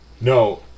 No